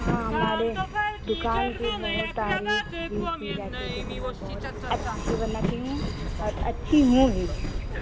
हाँ हमारे दुकान की बहुत तारीफ भी की जाती क्योंकि मैं बहुत अच्छी बनाती हूँ और अच्छी हूँ भी